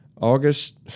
August